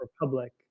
Republic